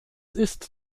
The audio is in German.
ist